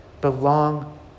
belong